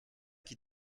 qui